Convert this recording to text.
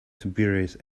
tiberius